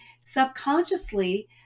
Subconsciously